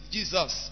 Jesus